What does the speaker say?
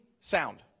sound